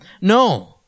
No